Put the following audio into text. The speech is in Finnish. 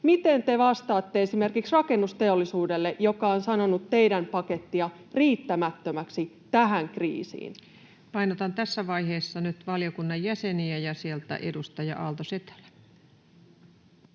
Miten te vastaatte esimerkiksi rakennusteollisuudelle, joka on sanonut teidän pakettia riittämättömäksi tähän kriisiin? Painotan tässä vaiheessa nyt valiokunnan jäseniä. — Ja sieltä edustaja Aalto-Setälä.